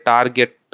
Target